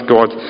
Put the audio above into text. God